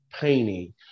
painting